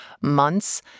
months